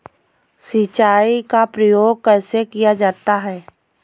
सिंचाई का प्रयोग कैसे किया जाता है?